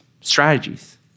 strategies